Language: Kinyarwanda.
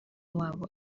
wabo